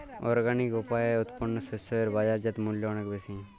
organic উপায়ে উৎপন্ন শস্য এর বাজারজাত মূল্য অনেক বেশি